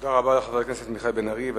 תודה רבה לחבר הכנסת מיכאל בן-ארי,